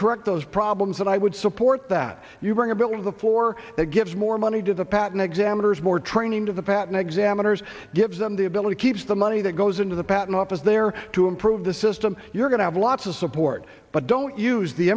correct those problems and i would support that you bring a bill to the fore that gives more money to the patent examiners more training to the patent examiners gives them the ability keeps the money that goes into the patent office there to improve the system you're going to have lots of support but don't use the